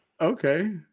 Okay